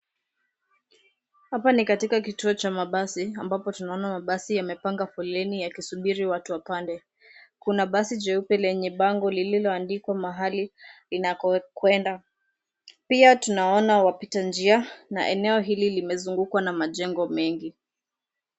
Hapa ni katika kituo cha mabasi ambapo tunaona mabasi yamepanga foleni yakisubiri watu wapande. Kuna basi jeupe lenye bango lililoandikwa mahali linakokwenda. Pia tunaona wapita njia na eneo hili limezungukwa na majengo mengi.